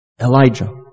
Elijah